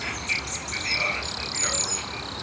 and would you please do the honors and read our first clue?